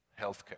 healthcare